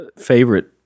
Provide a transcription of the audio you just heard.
favorite